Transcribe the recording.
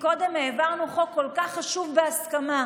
קודם העברנו חוק כל כך חשוב בהסכמה,